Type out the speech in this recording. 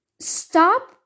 stop